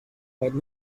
right